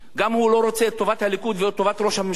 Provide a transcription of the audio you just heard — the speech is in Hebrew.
גם הוא לא רוצה את טובת הליכוד ואת טובת ראש הממשלה?